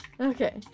Okay